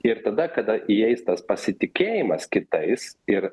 ir tada kada įeis tas pasitikėjimas kitais ir